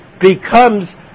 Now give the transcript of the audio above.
becomes